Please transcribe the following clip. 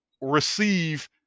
receive